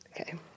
Okay